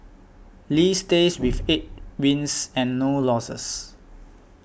Lee stays with eight wins and no losses